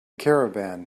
caravan